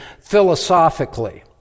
philosophically